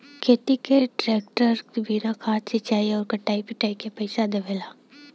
खेती में कांट्रेक्टर बिया खाद सिंचाई आउर कटाई पिटाई के पइसा देवला